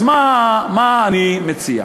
אז מה אני מציע?